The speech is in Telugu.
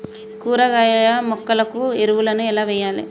కూరగాయ మొక్కలకు ఎరువులను ఎలా వెయ్యాలే?